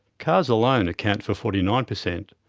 cars alone account for forty nine per cent.